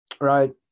Right